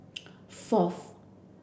fourth